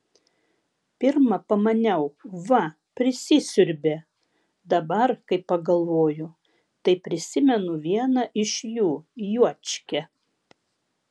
pirma pamaniau va prisisiurbė dabar kai pagalvoju tai prisimenu vieną iš jų juočkę